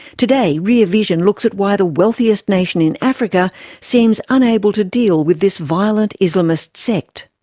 today rear vision looks at why the wealthiest nation in africa seems unable to deal with this violent islamist sect.